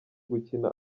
gukina